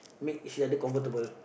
make each other comfortable